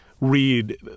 read